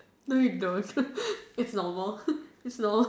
no you don't it's normal it's normal